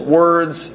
words